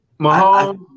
Mahomes